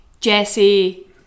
Jesse